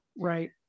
Right